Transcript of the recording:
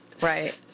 Right